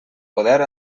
poder